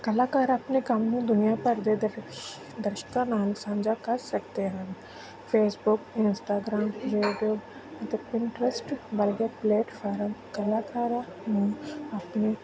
ਕਲਾਕਾਰ ਆਪਣੇ ਕੰਮ ਨੂੰ ਦੁਨੀਆ ਭਰ ਦੇ ਦਸ਼ਕ ਦਰਸ਼ਕਾਂ ਨਾਲ ਸਾਂਝਾ ਕਰ ਸਕਦੇ ਹਨ ਫੇਸਬੁੱਕ ਇੰਸਟਾਗ੍ਰਾਮ ਯੂਟਿਊਬ ਅਤੇ ਪਿੰਨਟਰੱਸਟ ਵਰਗੇ ਪਲੇਟਫਾਰਮ ਕਲਾਕਾਰਾਂ ਨੂੰ ਆਪਣੀ